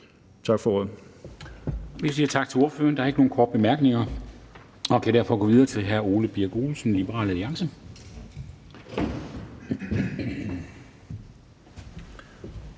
Dam Kristensen): Vi siger tak til ordføreren. Der er ikke nogen korte bemærkninger, og vi kan derfor gå videre til hr. Ole Birk Olesen, Liberal Alliance.